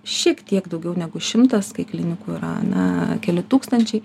šiek tiek daugiau negu šimtas kai klinikų yra ar ne keli tūkstančiai